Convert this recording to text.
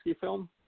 film